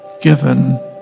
given